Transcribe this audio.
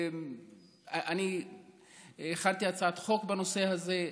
אני הכנתי הצעת חוק בנושא הזה.